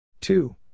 two